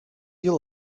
you